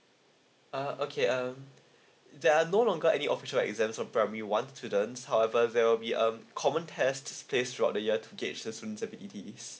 uh okay uh there are no longer any official exam from primary one students however there will be um common tests place throughout the year to gauge the sensibilities